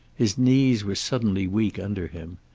his knees were suddenly weak under him.